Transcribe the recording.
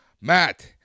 Matt